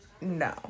no